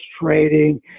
trading